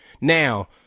Now